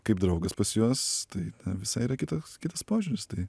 kaip draugas pas juos tai visai yra kitas kitas požiūris tai